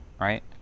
right